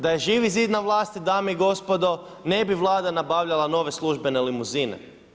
Da je Živi zid na vlasti dame i gospodo ne bi Vlada nabavljala nove službene limuzine.